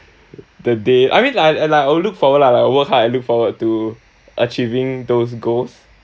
the day I mean like like I'll look forward lah like work hard and look forward to achieving those goals